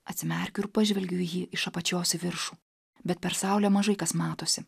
atsimerkiu ir pažvelgiu į jį iš apačios į viršų bet per saulę mažai kas matosi